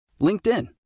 LinkedIn